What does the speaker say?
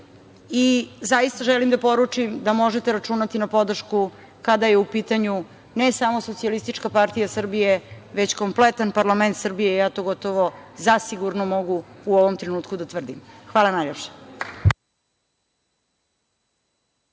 i zaista želim da poručim da možete računati na podršku kada je u pitanju ne samo Socijalistička partija Srbije, već kompletan parlament Srbije. To gotovo zasigurno mogu u ovom trenutku da tvrdim. Hvala najlepše.